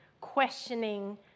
questioning